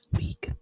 week